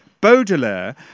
Baudelaire